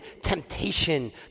temptation